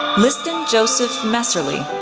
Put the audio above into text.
liston joseph mehserle,